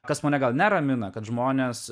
kas mane gal neramina kad žmonės